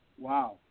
Wow